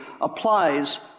applies